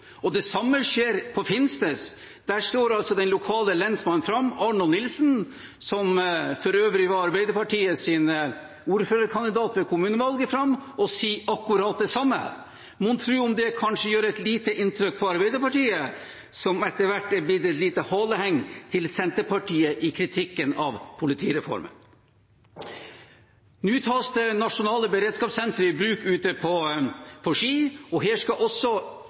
Det samme skjer på Finnsnes. Der står den lokale lensmannen, Arnold Nilsen, som for øvrig var Arbeiderpartiets ordførerkandidat ved kommunevalget, fram og sier det samme. Mon tro om det kanskje gjør et lite inntrykk på Arbeiderpartiet, som etter hvert er blitt et lite haleheng til Senterpartiet i kritikken av politireformen. Nå tas det nasjonale beredskapssenteret i bruk i Ski, og her skal også